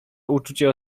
uczucie